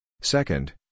Second